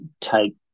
take